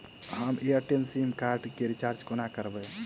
हम Airtel SIM card केँ recharge कोना करबै?